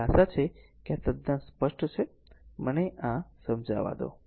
તેથી આશા છે કે આ બાબત તદ્દન સ્પષ્ટ છે મને આ સમજાવા દો